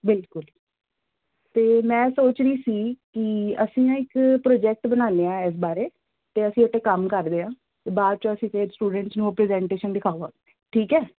ਬਿਲਕੁਲ ਅਤੇ ਮੈਂ ਸੋਚ ਰਹੀ ਸੀ ਕਿ ਅਸੀਂ ਨਾ ਇੱਕ ਪ੍ਰੋਜੈਕਟ ਬਣਾਉਂਦੇ ਹਾਂ ਇਸ ਬਾਰੇ ਅਤੇ ਅਸੀਂ ਉਹ 'ਤੇ ਕੰਮ ਕਰਦੇ ਹਾਂ ਅਤੇ ਬਾਅਦ 'ਚ ਅਸੀਂ ਫਿਰ ਸਟੂਡੈਂਟਸ ਨੂੰ ਪ੍ਰਜੈਂਟੇਸ਼ਨ ਦਿਖਾਵਾਂਗੇ ਠੀਕ ਹੈ